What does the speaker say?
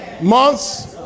months